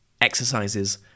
exercises